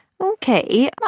Okay